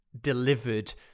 delivered